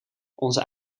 onze